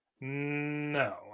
No